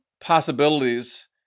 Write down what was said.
possibilities